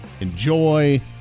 enjoy